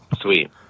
Sweet